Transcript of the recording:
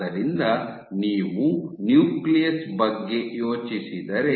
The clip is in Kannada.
ಆದ್ದರಿಂದ ನೀವು ನ್ಯೂಕ್ಲಿಯಸ್ ಬಗ್ಗೆ ಯೋಚಿಸಿದರೆ